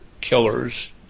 killers